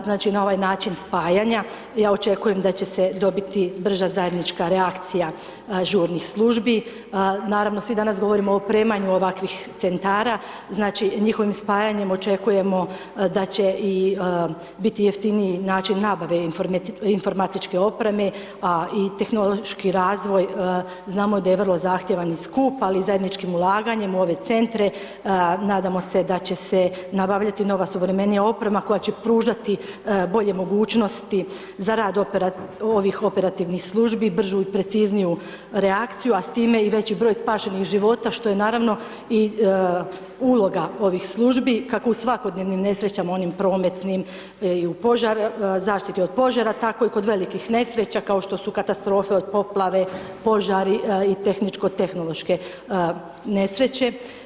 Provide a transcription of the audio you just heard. Znači na ovaj način spajanja ja očekujem da će se dobiti brža zajednička reakcija žurnih službi, naravno svi danas govorimo o primanju ovakvih centara znači njihovim spajanjem očekujemo da će biti jeftiniji način nabave informatičke opreme a i tehnološki razvoj znamo da je vrlo zahtjevan i skup, ali zajedničkim ulaganjem u ove centre nadamo se da će se nabavljati nova suvremenija oprema koja će pružati bolje mogućnosti za rad ovih operativnih službi, bržu i precizniju reakciju, a s time i veći br. spašenih života, što je naravno i uloga ovih službi, kako u svakodnevnim nesrećama u onim prometnim i u zaštiti od požara, tako i kod velikih nesreća, kao što su katastrofe od poplave, požari i tehničko tehnološke nesreće.